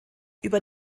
über